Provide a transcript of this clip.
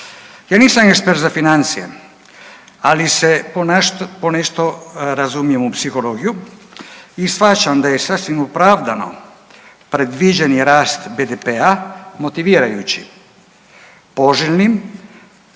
Ja nisam ekspert za financije, ali se ponešto razumijem u psihologiju i shvaćam da je sasvim opravdano predviđeni rast BDP-a motivirajući, poželjni